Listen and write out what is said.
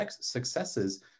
successes